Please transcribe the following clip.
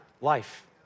life